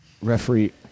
Referee